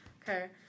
Okay